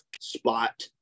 spot